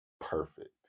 perfect